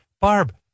Barb